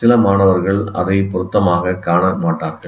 சில மாணவர்கள் அதைப் பொருத்தமாகக் காண மாட்டார்கள்